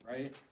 right